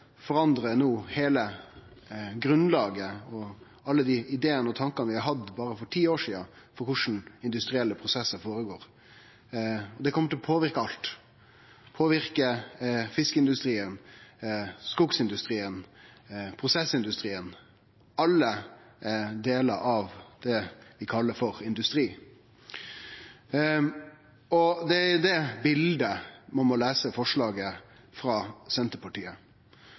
forandrar no heile grunnlaget for alle dei idéane og tankane vi hadde for berre ti år sidan om korleis industrielle prosessar føregår. Det kjem til å påverke alt. Det påverkar fiskeindustrien, skogindustrien, prosessindustrien – alle delar av det vi kallar industri. Det er i dette bildet ein må lese forslaget frå Senterpartiet.